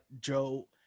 Joe